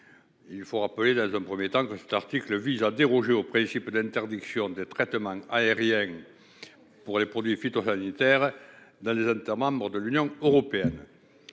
Il faut rappeler, dans un premier temps, que cet article vise à déroger au principe d'interdiction des traitements aériens pour les produits phytosanitaires dans les États membres de l'Union européenne.